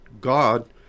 God